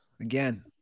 Again